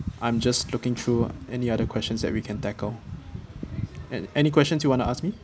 I'm just looking through any other questions that we can tackle an~ any questions you wanna ask me